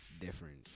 different